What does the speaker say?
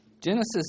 Genesis